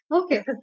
okay